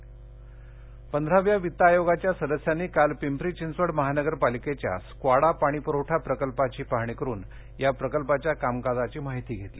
वित्त आयोग पंधराव्या वित्त आयोगाच्या सदस्यांनी काल पिंपरी चिंचवड महानगर पालिकेच्या स्क्वॉडा पाणी प्रवठा प्रकल्पाची पाहणी करून या प्रकल्पाच्या कामकाजाची माहिती घेतली